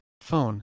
Phone